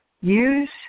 use